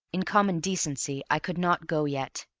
in common decency i could not go yet.